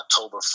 October